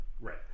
Right